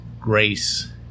grace